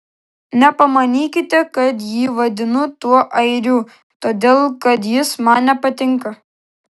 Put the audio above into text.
nepamanykite kad jį vadinu tuo airiu todėl kad jis man nepatinka